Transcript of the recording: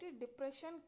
depression